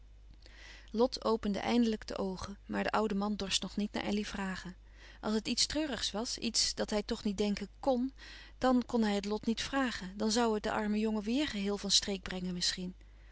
lot opende eindelijk de oogen maar de oude man dorst nog niet naar elly vragen als het iets treurigs was iets dat hij toch niet denken kn dan kon hij het lot niet vragen dan zoû het den armen jongen weêr geheel van streek brengen misschien